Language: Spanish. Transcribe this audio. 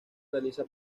realiza